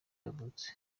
yavutse